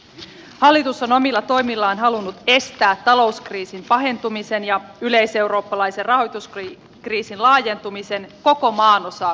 hallitus on omilla toimillaan halunnut estää talouskriisin pahentumisen ja yleiseurooppalaisen rahoituskriisin laajentumisen koko maanosaa koskevaksi lamaksi